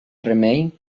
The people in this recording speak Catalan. remei